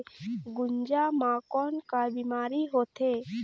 गुनजा मा कौन का बीमारी होथे?